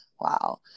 Wow